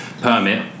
permit